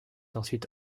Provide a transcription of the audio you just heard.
ensuite